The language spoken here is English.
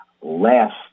last